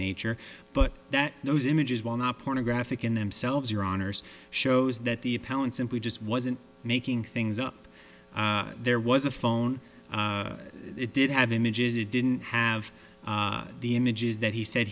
nature but that those images while not pornographic in themselves or honors shows that the appellant simply just wasn't making things up there was a phone it did have images it didn't have the images that he said